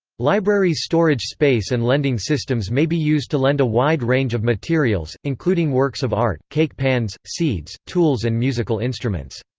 libraries' storage space and lending systems may be used to lend a wide range of materials, including works of art, cake pans, seeds, tools and musical instruments.